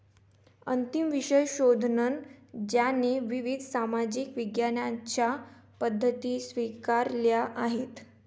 अंतिम विषय संशोधन ज्याने विविध सामाजिक विज्ञानांच्या पद्धती स्वीकारल्या आहेत